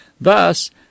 Thus